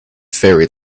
very